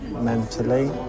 mentally